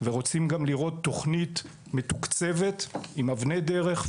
ורוצים גם לראות תוכנית מתוקצבת עם אבני דרך,